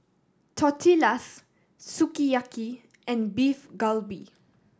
Tortillas Sukiyaki and Beef Galbi